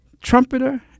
trumpeter